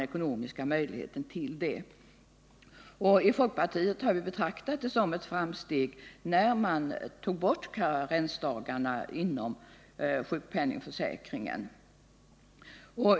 Inom folkpartiet betraktade vi det som ett framsteg när man tog bort karensdagarna inom sjukpenningförsäkringen.